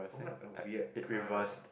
what a weird car